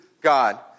God